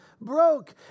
broke